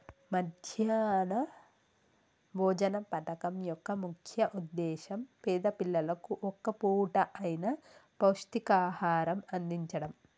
మధ్యాహ్న భోజన పథకం యొక్క ముఖ్య ఉద్దేశ్యం పేద పిల్లలకు ఒక్క పూట అయిన పౌష్టికాహారం అందిచడం